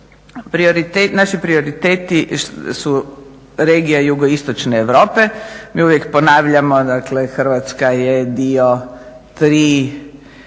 naši prioriteti su regija jugoistočne Europe, mi uvijek ponavljamo, dakle Hrvatska je dio tri